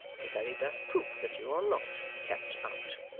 the very best proof that you are not kept out.